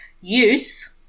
use